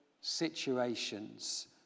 situations